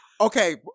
okay